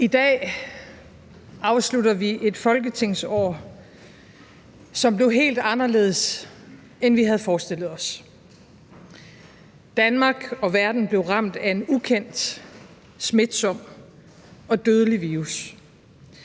I dag afslutter vi et folketingsår, som blev helt anderledes, end vi havde forestillet os. Danmark og verden blev ramt af en ukendt, smitsom og dødelig virus.